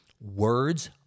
Words